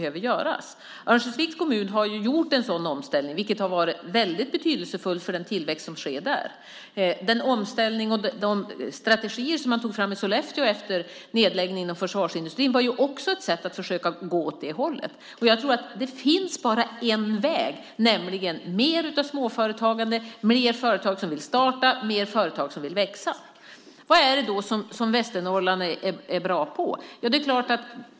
Örnsköldsviks kommun har gjort en sådan omställning, vilket har varit väldigt betydelsefullt för den tillväxt som sker där. Den omställning och de strategier som man tog fram i Sollefteå efter nedläggningen av försvarsindustrin var också ett sätt att försöka gå åt det hållet. Jag tror att det bara finns en väg, nämligen mer av småföretagande, fler företag som vill starta och fler företag som vill växa. Vad är det som Västernorrland är bra på?